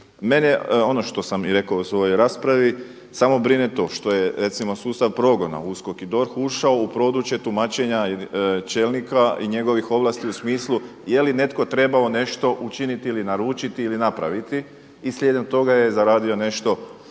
mene, ono što sam i rekao u svojoj raspravi samo brine to što je recimo sustav progona USKOK i DORH ušao u područje tumačenja čelnika i njegovih ovlasti u smislu je li netko trebao nešto učiniti ili naručiti ili napraviti i slijedom toga je zaradio nešto